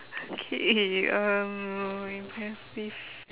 okay um impressive